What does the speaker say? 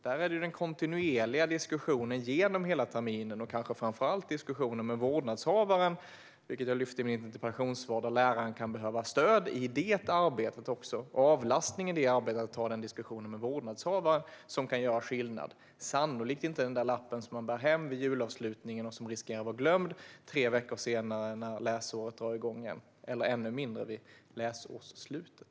Där måste det nog vara kontinuerliga diskussioner genom hela terminen och framför allt diskussioner med vårdnadshavaren - jag lyfte i mitt interpellationssvar att läraren kan behöva stöd och avlastning i det arbetet - som kan göra skillnad. Det gör sannolikt inte den lapp som man tar hem vid julavslutningen och som riskerar att vara glömd tre veckor senare när terminen drar igång igen, och ännu mindre den vid läsårsslutet.